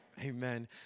Amen